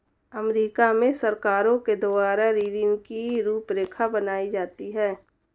अमरीका में सरकारों के द्वारा ऋण की रूपरेखा बनाई जाती है